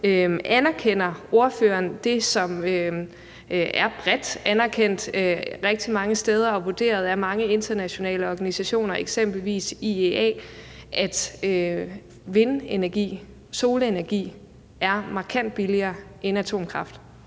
Anerkender ordføreren det, som er bredt anerkendt rigtig mange steder og vurderet af mange internationale organisationer, eksempelvis IEA, nemlig at vindenergi og solenergi er markant billigere end atomkraft?